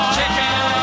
Chicken